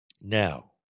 Now